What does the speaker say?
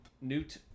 Newt